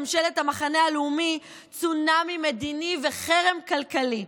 ממשלת המחנה הלאומי, צונאמי מדיני וחרם כלכלי.